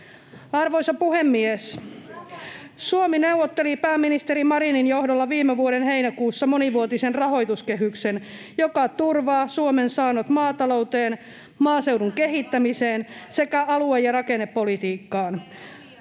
Arvoisa puhemies! Suomi neuvotteli pääministeri Marinin johdolla viime vuoden heinäkuussa monivuotisen rahoituskehyksen, joka turvaa Suomen saannot maatalouteen, maaseudun kehittämiseen sekä alue- ja rakennepolitiikkaan.